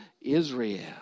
Israel